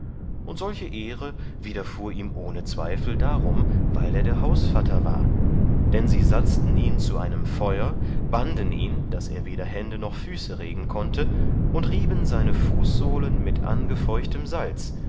und solche ehre widerfuhr ihm ohn zweifel darum weil er der hausvatter war dann sie satzten ihn zu einem feur banden ihn daß er weder hände noch füße regen konnte und rieben seine fußsohlen mit angefeuchtem salz